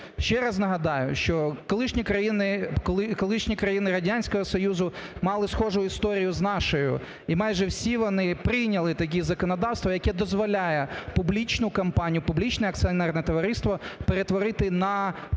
країні, колишні країни Радянського Союзу мали схожу історію з нашою, і майже всі вони прийняли таке законодавство, яке дозволяє публічну компанію, публічне акціонерне товариство перетворити на приватну